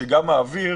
גם מעביר.